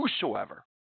whosoever